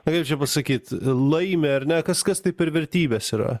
na kaip čia pasakyt laimi ar ne kas kas tai per vertybės yra